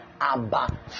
Abba